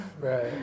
Right